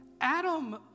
Adam